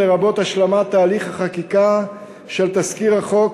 לרבות השלמת תהליך החקיקה של תזכיר החוק,